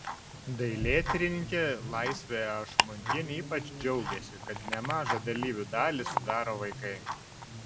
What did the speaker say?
dailėtyrininkė laisvė ašmontienė ypač džiaugėsi kad nemažą dalyvių dalį sudaro vaikai